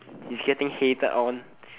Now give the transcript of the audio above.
it's getting hated on